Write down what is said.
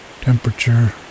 Temperature